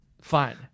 Fine